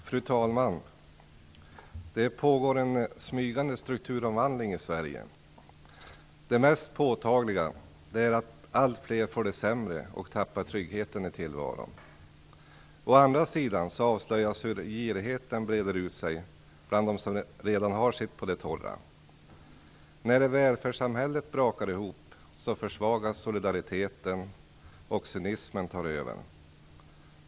Fru talman! Det pågår en smygande strukturomvandling i Sverige. Det mest påtagliga är att allt fler får det sämre och tappar tryggheten i tillvaron. Å andra sidan avslöjas hur girigheten breder ut sig bland dem som redan har sitt på det torra. När välfärdsssamhället brakar ihop försvagas solidariteten och cynismen tar över.